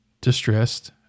distressed